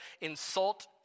insult